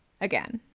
again